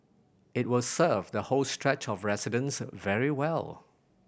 it will serve the whole stretch of residents very well